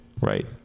right